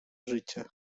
życie